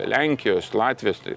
lenkijos latvijos tai